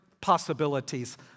possibilities